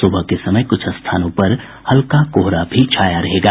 सुबह के समय कुछ स्थानों पर हल्का कोहरा भी छाया रहेगा